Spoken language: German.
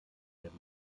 werde